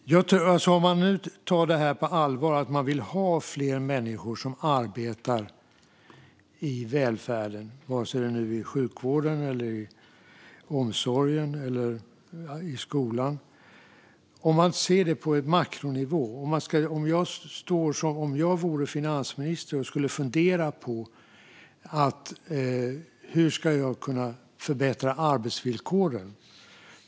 Fru talman! Det handlar om att man tar detta på allvar och vill ha fler människor i välfärden, oavsett om det är i sjukvården, i omsorgen eller i skolan, och ser det på makronivå. Om jag vore finansminister skulle jag fundera på: Hur ska jag kunna förbättra arbetsvillkoren?